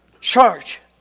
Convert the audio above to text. church